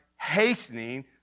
hastening